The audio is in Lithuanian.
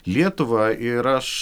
lietuvą ir aš